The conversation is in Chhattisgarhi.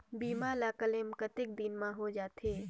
बीमा ला क्लेम कतेक दिन मां हों जाथे?